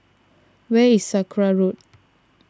where is Sakra Road